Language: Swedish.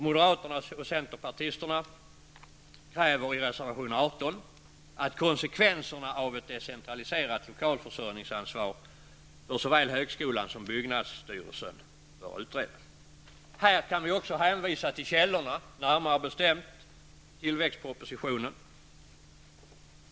Moderaterna och centerpartisterna kräver i reservation 18 att konsekvenserna av ett decentraliserat lokalförsörjningsansvar för såväl högskolan som byggnadsstyrelsen bör utredas. Här kan vi också hänvisa till källorna, närmare bestämt till tillväxtpropositionen.